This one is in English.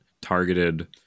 targeted